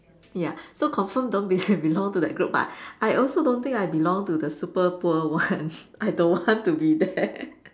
ya so confirm don't be~ belong to that group but I also don't think I belong to the super poor ones I don't want to be there